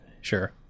sure